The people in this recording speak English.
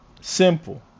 simple